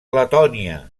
letònia